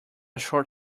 short